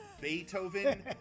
Beethoven